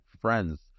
friends